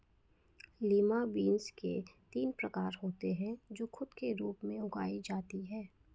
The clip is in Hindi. लिमा बिन्स के तीन प्रकार होते हे जो खाद के रूप में उगाई जाती हें